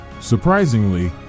Surprisingly